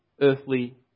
earthly